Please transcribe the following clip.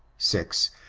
six.